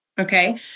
okay